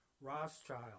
Rothschild